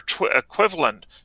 equivalent